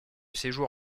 séjour